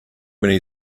many